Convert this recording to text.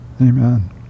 Amen